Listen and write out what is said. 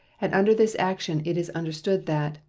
and under this action it is understood that,